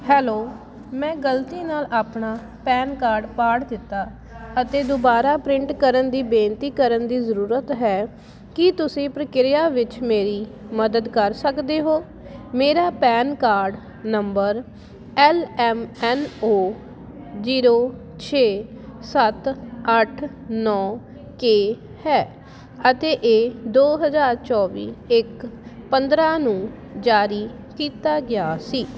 hello ਮੈਂ ਗਲਤੀ ਨਾਲ ਆਪਣਾ ਪੈਨ ਕਾਰਡ ਪਾੜ ਦਿੱਤਾ ਅਤੇ ਦੁਬਾਰਾ ਪ੍ਰਿੰਟ ਕਰਨ ਦੀ ਬੇਨਤੀ ਕਰਨ ਦੀ ਜ਼ਰੂਰਤ ਹੈ ਕੀ ਤੁਸੀਂ ਪ੍ਰਕਿਰਿਆ ਵਿੱਚ ਮੇਰੀ ਮਦਦ ਕਰ ਸਕਦੇ ਹੋ ਮੇਰਾ PAN card number L M N O zero ਛੇ ਸੱਤ ਅੱਠ ਨੌਂ ਕੇ ਹੈ ਅਤੇ ਇਹ ਦੋ ਹਜ਼ਾਰ ਚੌਵੀਂ ਇੱਕ ਪੰਦਰਾਂ ਨੂੰ ਜਾਰੀ ਕੀਤਾ ਗਿਆ ਸੀ